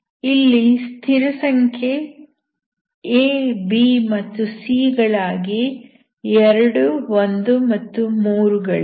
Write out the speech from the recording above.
ಇಲ್ಲಿ ಸ್ಥಿರಸಂಖ್ಯೆ ab ಮತ್ತು c ಗಳಾಗಿ 21 ಮತ್ತು 3 ಗಳಿವೆ